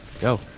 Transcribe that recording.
go